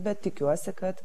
bet tikiuosi kad